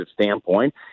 standpoint